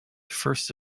first